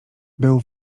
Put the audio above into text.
był